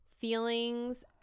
feelings